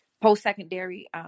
post-secondary